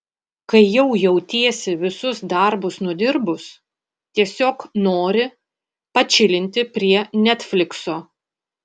kai jau jautiesi visus darbus nudirbus tiesiog nori pačilinti prie netflikso